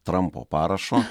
trampo parašo